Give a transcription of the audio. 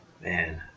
man